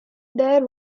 there